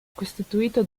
costituito